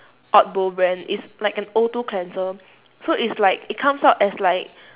odbo brand it's like an O two cleanser so it's like it comes out as like